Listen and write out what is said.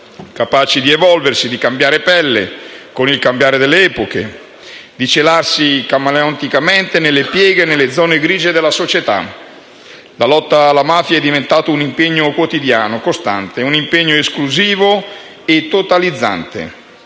capaci di evolversi, di cambiare pelle con il cambiare delle epoche, di celarsi camaleonticamente nelle pieghe e nelle zone grigie della società. La lotta alla mafia è diventata un impegno quotidiano, costante, esclusivo e totalizzante;